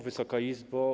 Wysoka Izbo!